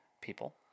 people